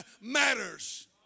matters